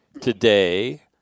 today